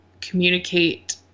communicate